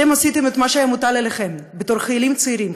אתם עשיתם את מה שהיה מוטל עליכם בתור חיילים צעירים,